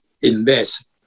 invest